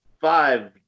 five